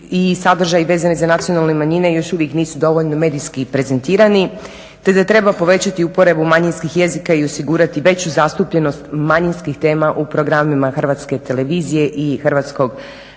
sadržaji vezani za nacionalne manjine još uvijek nisu dovoljno medijski prezentirani te da treba povećati uporabu manjinskih jezika i osigurati veću zastupljenost manjinskih tema u programima HRT-a i hrvatskog radija.